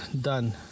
done